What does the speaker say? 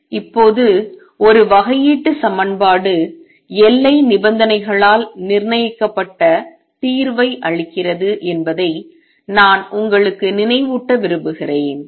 இப்போது ஒரு வகையீட்டு சமன்பாடு எல்லை நிபந்தனைகளால் நிர்ணயிக்கப்பட்ட தீர்வை அளிக்கிறது என்பதை நான் உங்களுக்கு நினைவூட்ட விரும்புகிறேன்